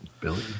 Billy